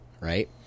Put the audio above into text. right